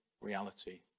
reality